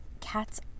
cats